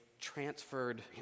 transferred